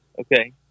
okay